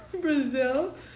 Brazil